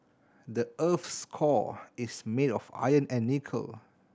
the earth's core is made of iron and nickel